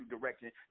direction